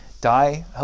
die